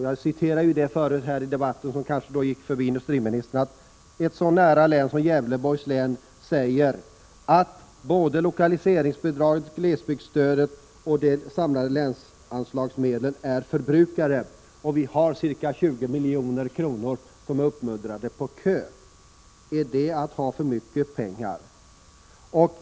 Jag citerade tidigare i debatten — vilket kanske gick industriministern förbi — vad ett så närliggande län som Gävleborgs län säger: Både lokaliseringsbidraget, glesbygdsstödet och de samlade länsanslagsmedlen är förbrukade, och vi har ca 20 milj.kr. som är uppmuddrade på kö. — Är det att ha för mycket pengar?